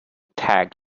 tag